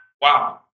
wow